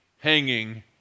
hanging